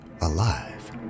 alive